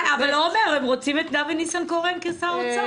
אבל עומר, הם רוצים את אבי ניסנקורן כשר אוצר.